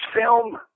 film